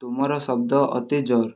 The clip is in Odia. ତୁମର ଶବ୍ଦ ଅତି ଜୋର୍